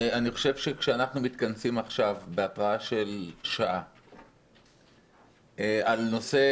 כשאנחנו מתכנסים עכשיו בהתראה של שעה על נושא